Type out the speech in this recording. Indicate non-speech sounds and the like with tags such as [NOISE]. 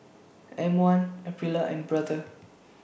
[NOISE] M one Aprilia and Brother [NOISE]